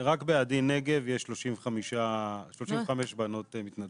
בעדי נגב יש 35 בנות מתנדבות.